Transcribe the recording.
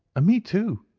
ah me too,